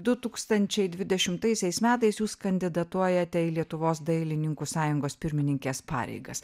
du tūkstančiai dvidešimtaisiais metais jūs kandidatuojate į lietuvos dailininkų sąjungos pirmininkės pareigas